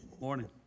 morning